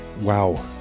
wow